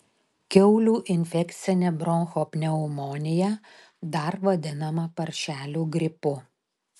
kiaulių infekcinė bronchopneumonija dar vadinama paršelių gripu